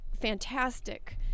fantastic